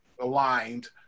aligned